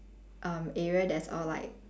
um area that's all like